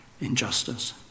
injustice